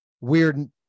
weird